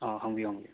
ꯑꯥ ꯍꯪꯕꯤꯌꯨ ꯍꯧꯕꯤꯌꯨ